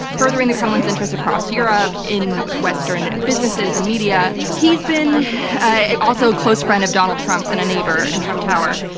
furthering the kremlin's interest across europe, in western businesses, in media. he's been also a close friend of donald trump's and a neighbor in trump tower.